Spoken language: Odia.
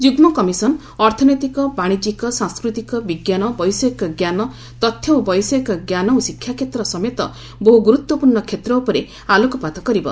ଯୁଗ୍ମ କମିଶନ୍ ଅର୍ଥନୈତିକ ବାଣିଜ୍ୟିକ ସାଂସ୍କୃତିକ ବିଜ୍ଞାନ ବୈଷୟିକ ଜ୍ଞାନ ତଥ୍ୟ ଓ ବୈଷୟିକ ଜ୍ଞାନ ଓ ଶିକ୍ଷା କ୍ଷେତ୍ର ସମେତ ବହୁ ଗୁରୁତ୍ୱପୂର୍ଣ୍ଣ କ୍ଷେତ୍ର ଉପରେ ଆଲୋକପାତ କରିବ